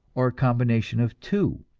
or a combination of two.